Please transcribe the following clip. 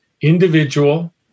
Individual